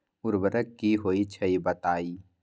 उर्वरक की होई छई बताई?